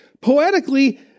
poetically